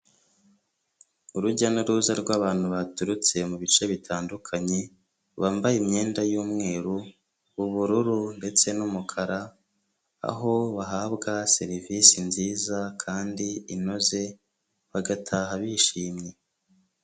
Urujya n'uruza rw'abantu baturutse mu bice bitandukanye bambaye imyenda y'umweru, ubururu ndetse n'umukara, aho bahabwa serivisi nziza kandi inoze bagataha bishimye.